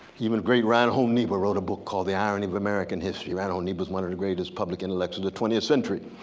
even great reinhold niebuhr wrote a book called the irony of american history. reinhold niebuhr is one of the greatest public and intellectualist of the twentieth century.